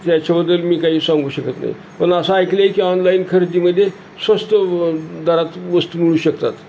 त्याच्याबद्दल मी काही सांगू शकत नाही पण असं ऐकलं आहे की ऑनलाईन खरेदीमध्ये स्वस्त दरात वस्तू मिळू शकतात